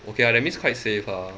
okay lah that means quite safe lah